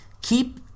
keep